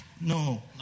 No